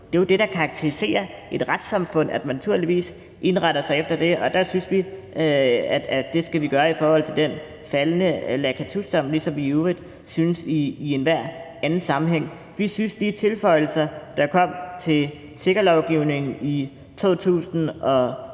Det er jo det, der karakteriserer et retssamfund – at man naturligvis indretter sig efter det. Og der synes vi, at det skal vi gøre i forhold til Lacatusdommen, ligesom vi i øvrigt synes at vi skal gøre i enhver anden sammenhæng. Vi synes, at de tilføjelser, der kom til tiggerlovgivningen i 2017,